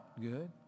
good